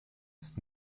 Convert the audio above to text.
ist